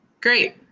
Great